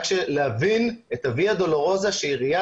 רק כדי להבין את הוויה דולורוזה שעירייה